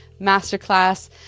masterclass